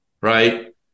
Right